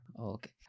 Okay